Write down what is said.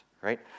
right